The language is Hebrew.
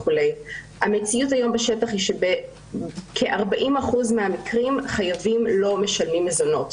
המציאות היום בשטח היא שבכ-40% מהמקרים חייבים לא משלמים מזונות.